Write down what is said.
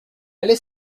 allait